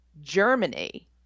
germany